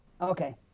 Okay